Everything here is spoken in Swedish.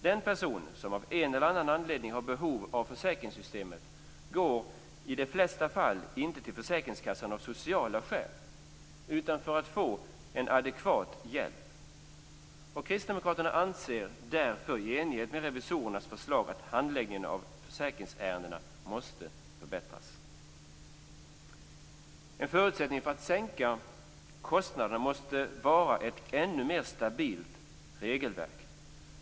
Den person som av en eller annan anledning har behov av försäkringssystemet går i de flesta fall inte till försäkringskassan av sociala skäl utan för att få en adekvat hjälp. Kristdemokraterna anser därför i enlighet med revisorernas förslag att handläggningen av försäkringsärendena måste förbättras. En förutsättning för att sänka kostnaderna måste vara ett ännu mer stabilt regelverk.